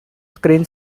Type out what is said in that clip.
screen